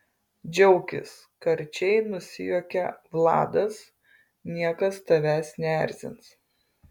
džiaukis karčiai nusijuokia vladas niekas tavęs neerzins